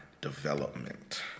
development